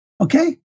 Okay